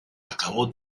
acabó